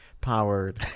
powered